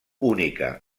única